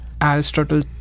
Aristotle